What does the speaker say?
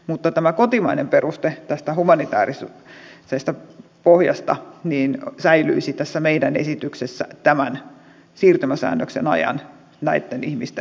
mutta tämä kotimainen peruste tästä humanitäärisestä pohjasta säilyisi tässä meidän esityksessämme tämän siirtymäsäännöksen ajan näitten ihmisten kohdalla